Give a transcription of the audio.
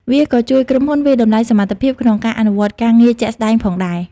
វាក៏ជួយក្រុមហ៊ុនវាយតម្លៃសមត្ថភាពក្នុងការអនុវត្តការងារជាក់ស្តែងផងដែរ។